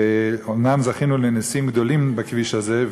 ואומנם זכינו לנסים גדולים בכביש הזה,